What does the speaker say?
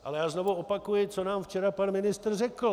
Ale já znovu opakuji, co nám včera pan ministr řekl.